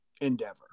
Endeavor